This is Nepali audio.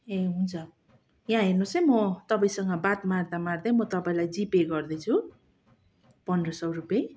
ए हुन्छ यहाँ हेर्नुहोस् है म तपाईँसँग बात मार्दा मार्दै म तपाईँलाई जिपे गर्दैछु पन्ध्र सय रुपियाँ